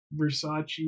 Versace